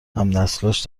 همنسلانش